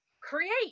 create